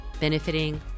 benefiting